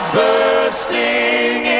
bursting